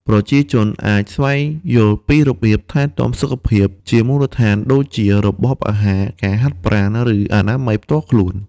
ប្រជាជនអាច ស្វែងយល់ពីរបៀបថែទាំសុខភាព ជាមូលដ្ឋានដូចជា របបអាហារ ការហាត់ប្រាណ ឬអនាម័យផ្ទាល់ខ្លួន។